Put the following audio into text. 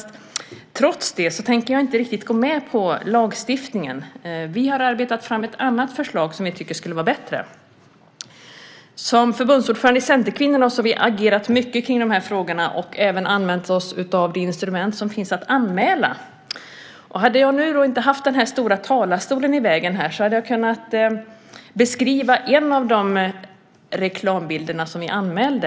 Trots det tänker jag inte riktigt gå med på lagstiftningen. Vi har arbetat fram ett annat förslag som vi tycker skulle vara bättre. Som förbundsordförande i Centerkvinnorna har jag agerat mycket i de här frågorna. Vi har även använt oss av det instrument som finns för att anmäla. Om jag nu inte haft den stora talarstolen i vägen hade jag kunnat visa en av de reklambilder som vi anmälde.